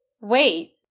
Wait